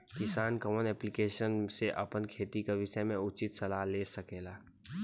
किसान कवन ऐप्लिकेशन से अपने खेती के विषय मे उचित सलाह ले सकेला?